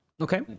okay